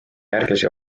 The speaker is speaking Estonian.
järglasi